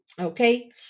okay